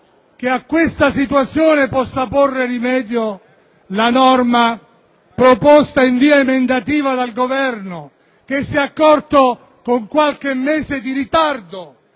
che a questa situazione possa porre rimedio la proposta emendativa del Governo, che si è accorto con qualche mese di ritardo